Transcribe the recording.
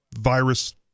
virus